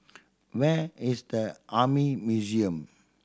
where is the Army Museum